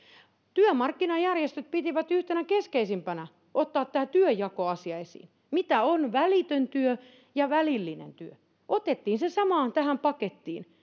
työmarkkinajärjestöt pitivät yhtenä keskeisimpänä ottaa tämä työnjakoasia esiin mitä on välitön työ ja välillinen työ otettiin se tähän samaan pakettiin